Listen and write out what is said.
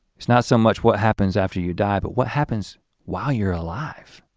it's not so much what happens after you die but what happens while you're alive.